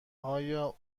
آیا